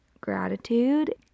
gratitude